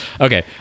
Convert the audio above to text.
Okay